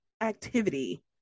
activity